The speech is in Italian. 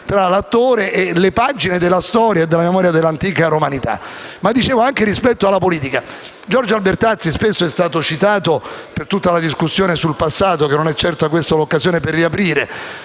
tra l'attore e le pagine della storia e delle memorie dell'antica romanità. Per quanto riguarda l'interazione con la politica, Giorgio Albertazzi è stato spesso citato per tutta la discussione sul passato, che non è certo questa l'occasione per riaprire.